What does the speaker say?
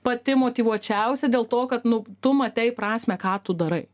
pati motyvuočiausia dėl to kad nu tu matei prasmę ką tu darai